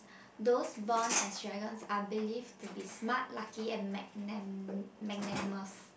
those born as dragons are believed to be smart lucky and magna~ magnanimous